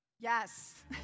Yes